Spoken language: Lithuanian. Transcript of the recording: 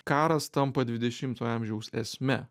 karas tampa dvidešimtojo amžiaus esme